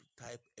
type